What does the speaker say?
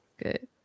Good